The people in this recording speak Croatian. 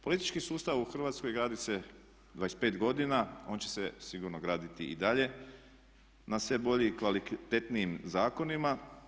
Politički sustav u Hrvatskoj gradi se 25 godina, on će se sigurno graditi i dalje na sve bolji i kvalitetnijim zakonima.